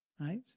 right